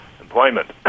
employment